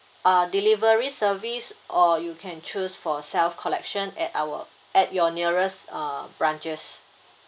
uh delivery service or you can choose for self collection at our at your nearest err branches